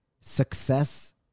success